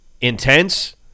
intense